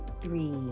three